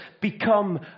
become